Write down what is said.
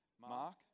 Mark